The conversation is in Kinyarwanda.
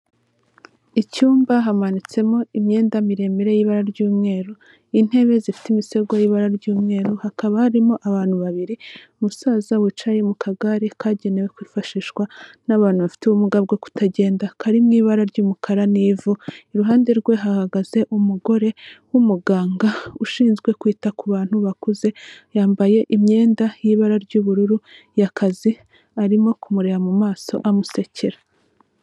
Icyumba hamanitsemo imyenda miremire y'ibara ry'umweru, intebe zifite imisego y'ibara ry'umweru, hakaba harimo abantu babiri, umusaza wicaye mu kagare kagenewe kwifashishwa n'abantu bafite ubumuga bwo kutagenda kari mu ibara ry'umukara n'ivu, iruhande rwe hahagaze umugore w'umuganga ushinzwe kwita ku bantu bakuze, yambaye imyenda y'ibara ry'ubururu y'akazi, arimo kumureba mu maso amusekera.